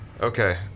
okay